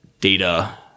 data